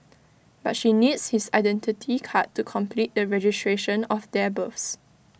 but she needs his Identity Card to complete the registration of their births